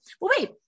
wait